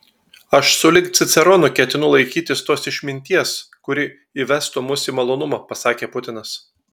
aš sulig ciceronu ketinu laikytis tos išminties kuri įvestų mus į malonumą pasakė putinas